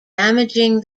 damaging